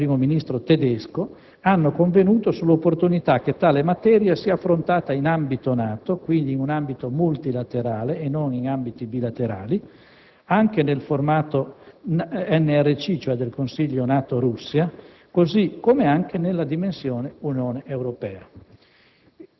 tra i quali il Primo ministro tedesco, ha convenuto sull'opportunità che tale materia sia affrontata in ambito NATO, quindi in un ambito multilaterale e non in ambiti bilaterali, anche nel formato NRC (cioè del Consiglio NATO-Russia), così come anche nella dimensione dell'Unione Europea.